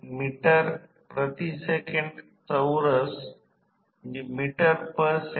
एक उदाहरण म्हणजे अगदी ऑटोट्रान्सफॉर्मर असे नाही परंतु मी घेतलेले काही उपकरणाचे नाव